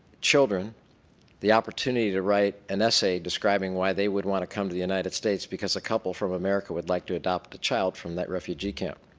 children the opportunity to write an essay describing why they would want to come to the united states because a couple from america would like to adopt a child from that refugee camp.